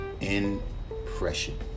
Impression